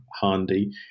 handy